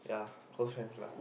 yeah close friends lah